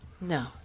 No